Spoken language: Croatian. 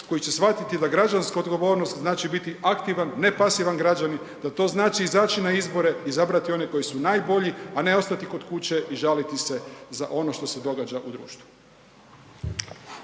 koji će shvatiti da građanska odgovornost znači biti aktivan, ne pasivan građanin, da to znači izaći na izbore, izabrati one koji su najbolji, a ne ostati kod kuće i žaliti se za ono što se događa u društvu.